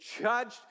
judged